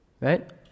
right